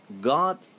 God